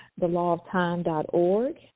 thelawoftime.org